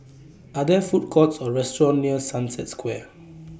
Are There Food Courts Or restaurants near Sunset Square